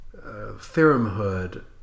theoremhood